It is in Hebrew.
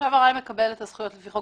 תושב ארעי מקבל את הזכויות לפי חוק